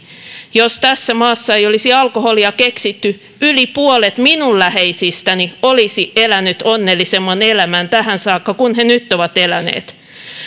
jos tässä maassa ei olisi alkoholia keksitty yli puolet minun läheisistäni olisi elänyt onnellisemman elämän tähän saakka kuin he nyt ovat eläneet